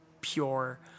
pure